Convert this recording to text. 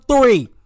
three